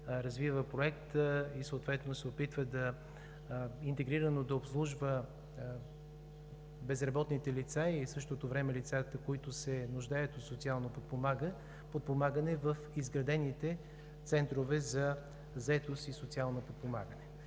развива проект и съответно се опитва интегрирано да обслужва безработните лица и в същото време лицата, които се нуждаят от социално подпомагане в изградените центрове за заетост и социално подпомагане.